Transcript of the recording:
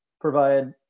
provide